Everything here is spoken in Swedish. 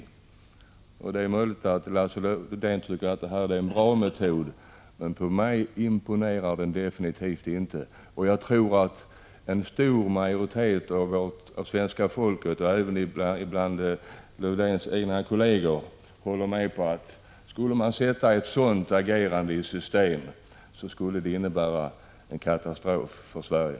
29 maj 1986 Det är möjligt att Lars-Erik Lövdén tycker att det här är en bra metod, men på mig imponerar den definitivt inte. Jag tror att en stor majoritet av svenska folket, även bland Lövdéns egna kolleger, håller med om att skulle man sätta ett sådant agerande i system, skulle det innebära en katastrof för Sverige.